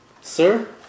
Sir